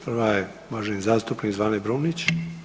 Prva je uvaženi zastupnik Zvane Brumnić.